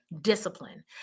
discipline